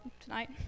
tonight